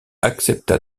accepta